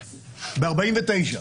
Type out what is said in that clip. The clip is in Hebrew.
ב-49'.